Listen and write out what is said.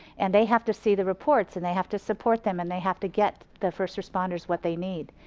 and they have to see the reports and they have to support them and they have to get the first responders what they need.